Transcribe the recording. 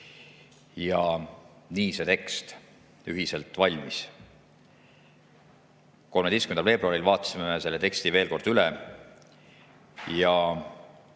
ja nii see tekst ühiselt valmis. 13. veebruaril vaatasime selle teksti veel kord üle ja